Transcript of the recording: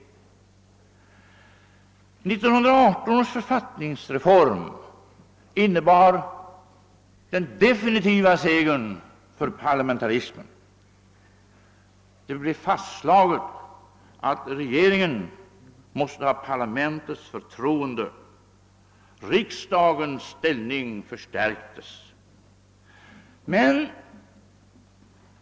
Detta har inneburit att en kraftfull och konsekvent politisk ledning varit en nödvändighet. måste ha parlamentets förtroende. Riksdagens ställning förstärktes.